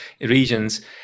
regions